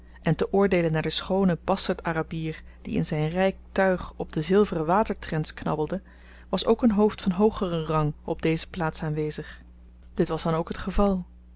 en te oordeelen naar den schoonen bastert arabier die in zyn ryk tuig op den zilveren watertrens knabbelde was ook een hoofd van hoogeren rang op deze plaats aanwezig dit was dan ook het geval